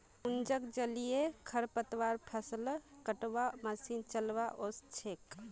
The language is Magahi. पूजाक जलीय खरपतवार फ़सल कटवार मशीन चलव्वा ओस छेक